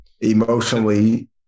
emotionally